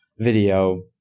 video